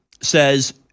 says